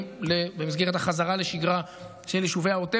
במסגרת החזרה לשגרה של יישובי העוטף.